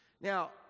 Now